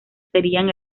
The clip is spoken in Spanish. serían